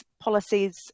policies